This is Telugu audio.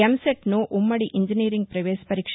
ఎంసెట్ను ఉమ్మడి ఇంజనీరింగ్ ప్రవేశపరీక్ష